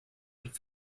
and